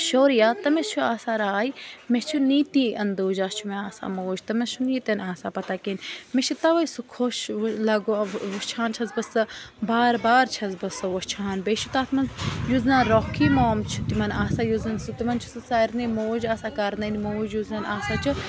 شوریا تٔمِس چھُ آسان راے مےٚ چھُ نیٖتی اندوجا چھُ مےٚ آسان موج تٔمِس چھُنہٕ یہِ تِنہٕ آسان پَتہ کِنۍ مےٚ چھُ تَوَے سُہ خۄش لگو وٕ وُچھان چھَس بہٕ سُہ بار بار چھَس بہٕ سُہ وُچھان بیٚیہِ چھُ تَتھ منٛز یُس زَنہٕ روکھی موم چھُ تِمَن آسان یُس زَن سُہ تِمَن چھُ سُہ سارنٕے موج آسان کَرنٕنۍ موج یُس زَن آسان چھُ